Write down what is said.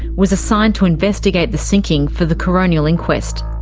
was assigned to investigate the sinking for the coronial inquest.